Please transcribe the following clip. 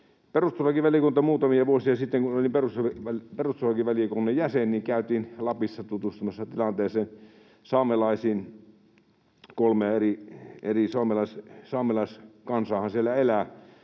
Perustuslakivaliokunta muutamia vuosia sitten, kun olin perustuslakivaliokunnan jäsen, kävi Lapissa tutustumassa tilanteeseen, saamelaisiin. Kolmea eri saamelaiskansaahan siellä elää,